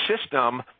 system